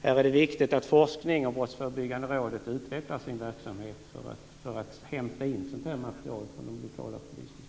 Här är det viktigt att Brottsförebyggande rådet utvecklar sin verksamhet för att hämta in material från de lokala polisdistrikten.